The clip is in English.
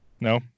No